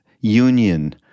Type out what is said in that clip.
union